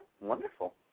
wonderful